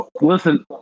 Listen